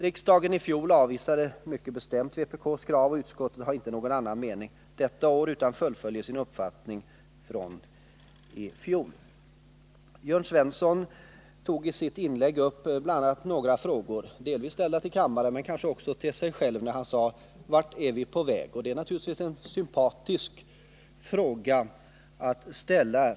Riksdagen avvisade i fjol mycket bestämt vpk:s krav, och utskottet har inte någon annan mening detta år utan fullföljer sin uppfattning från i fjol. Jörn Svensson tog i sitt inlägg bl.a. upp några frågor — delvis ställda till kammarens ledamöter men också till honom sj lv —- om vart vi är på väg. Det är naturligtvis en sympatisk frågeställning.